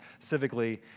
civically